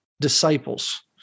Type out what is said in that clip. disciples